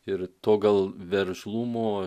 ir to gal veržlumo